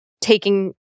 taking